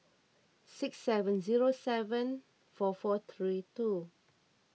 six seven zero seven four four three two